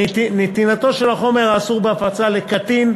נתינתו של החומר האסור בהפצה לקטין,